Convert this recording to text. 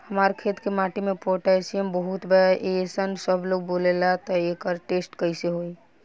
हमार खेत के माटी मे पोटासियम बहुत बा ऐसन सबलोग बोलेला त एकर टेस्ट कैसे होई?